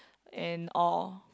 and all